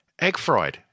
Eggfried